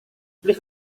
lift